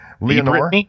Leonore